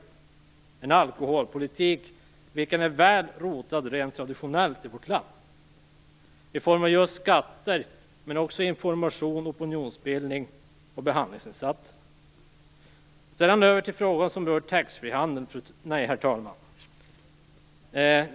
Det är en alkoholpolitik som är väl rotad rent traditionellt i vårt land i form av just skatter, men också i form av information, opinionsbildning och behandlingsinsatser. Sedan över till frågan om taxfreehandeln, herr talman.